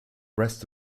rest